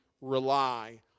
rely